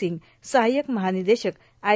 सिंग सहाय्यक महानिदेशक आई